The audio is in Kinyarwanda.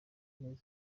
kigali